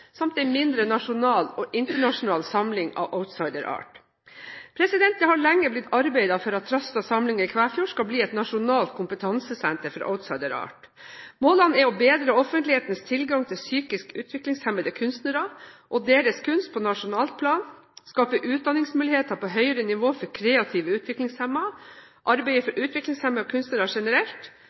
samt en mindre nasjonal og internasjonal samling av Outsider Art. Det har lenge blitt arbeidet for at Trastad Samlinger i Kvæfjord skal bli et nasjonalt kompetansesenter for Outsider Art. Målene er å bedre offentlighetens tilgang til psykisk utviklingshemmede kunstnere og deres kunst på nasjonalt plan, skape utdanningsmuligheter på høyere nivå for kreative utviklingshemmede og arbeide for utviklingshemmede kunstnere generelt